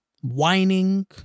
whining